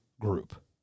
group